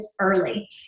early